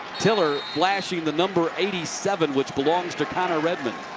tiller flashing the number eighty seven which belongs to connor redmond.